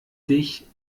dich